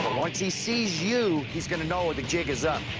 once he sees you he's going to know where the jig is up.